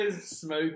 Smoke